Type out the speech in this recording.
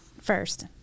first